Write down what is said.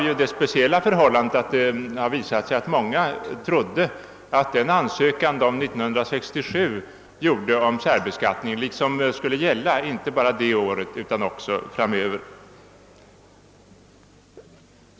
Det har nämligen visat sig att många har trott att den ansökan om särbeskattning som de ingav 1967 skulle gälla inte bara det året utan också åren framöver.